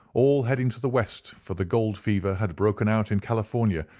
all heading to the west, for the gold fever had broken out in california,